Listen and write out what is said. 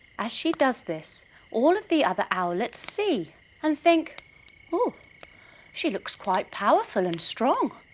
as she does this all of the other owlets see and think oh she looks quite powerful and strong,